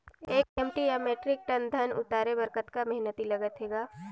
एक एम.टी या metric ton धन उतारे बर कतका मेहनती लगथे ग?